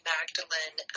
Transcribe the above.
Magdalene